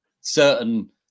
certain